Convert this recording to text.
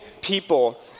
people